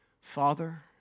father